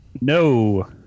No